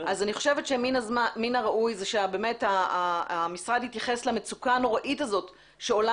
אני חושבת שמן הראוי שהמשרד יתייחס למצוקה הנוראית הזאת שעולה